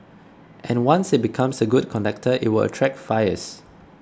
and once it becomes a good conductor it will attract fires